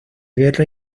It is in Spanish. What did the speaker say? guerra